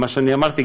מה שאני אמרתי,